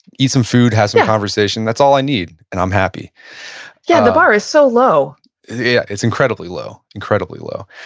eat some food, have some conversation, that's all i need and i'm happy yeah, the bar is so low yeah, it's incredibly low, incredibly low.